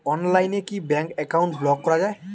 অনলাইনে কি bank account block করা য়ায়?